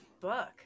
book